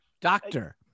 Doctor